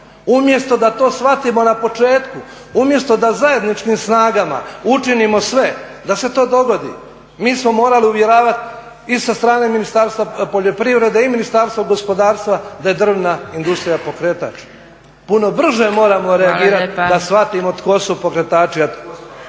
Umjesto da to shvatimo na početku, umjesto da zajedničkim snagama učinimo sve da se to dogodi mi smo morali uvjeravati i sa strane Ministarstva poljoprivrede i Ministarstva gospodarstva da je drvna industrija pokretač. Puno brže moramo reagirati da shvatimo tko su pokretači.